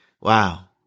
Wow